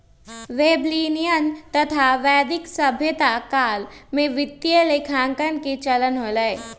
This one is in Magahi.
बेबीलोनियन तथा वैदिक सभ्यता काल में वित्तीय लेखांकन के चलन हलय